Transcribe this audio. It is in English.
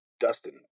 Dustin